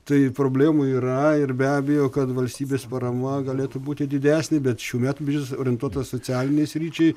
tai problemų yra ir be abejo kad valstybės parama galėtų būti didesnė bet šių metų biudžetas orientuotas socialinei sričiai